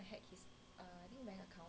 !wah!